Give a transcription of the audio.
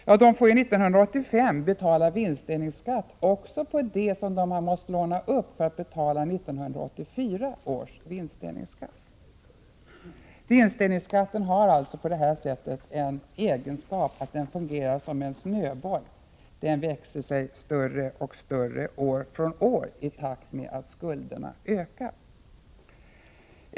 Ja, de får år 1985 betala vinstdelningsskatt också på vad de har måst låna upp för att betala 1984 års vinstdelningsskatt. Vinstdelningsskatten har alltså den egenskapen att den fungerar som en snöboll — den växer sig större och större år från år i takt med att skulderna ökar.